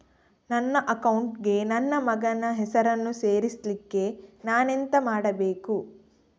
ನನ್ನ ಅಕೌಂಟ್ ಗೆ ನನ್ನ ಮಗನ ಹೆಸರನ್ನು ಸೇರಿಸ್ಲಿಕ್ಕೆ ನಾನೆಂತ ಮಾಡಬೇಕು?